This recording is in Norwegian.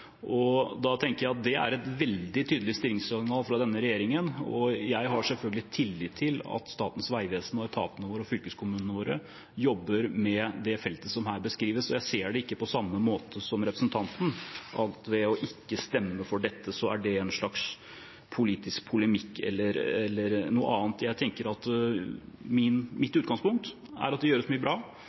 tenker at det er et veldig tydelig styringssignal fra denne regjeringen, og jeg har selvfølgelig tillit til at Statens vegvesen og etatene og fylkeskommunene våre jobber med det feltet som her beskrives. Jeg ser det ikke på samme måte som representanten – at det å ikke stemme for dette er en slags politisk polemikk eller noe annet. Mitt utgangspunkt er at det gjøres mye bra.